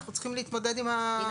אנחנו צריכים ל התמודד עם הנסיבות האלה.